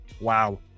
Wow